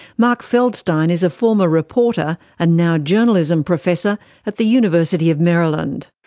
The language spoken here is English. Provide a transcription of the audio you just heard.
mark feldstein is a former reporter and now journalism professor at the university of maryland.